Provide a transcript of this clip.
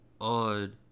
On